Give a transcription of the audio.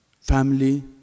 Family